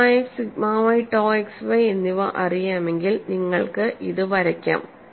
sigma X sigma Y to X Y എന്നിവ അറിയാമെങ്കിൽ നിങ്ങൾക്ക് ഇത് വരക്കാം